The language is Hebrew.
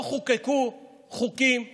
פה חוקקו חוקים מכובדים,